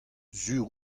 sur